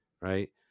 Right